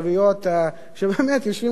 שבאמת יושבים כאן וצוחקים על כל,